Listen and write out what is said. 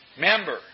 member